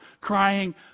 crying